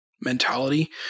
mentality